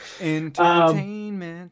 entertainment